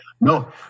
no